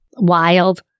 wild